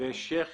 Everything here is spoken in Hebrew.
ושייח